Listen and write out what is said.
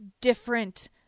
different